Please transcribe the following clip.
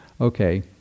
Okay